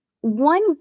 one